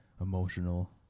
emotional